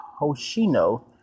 Hoshino